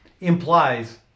implies